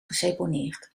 geseponeerd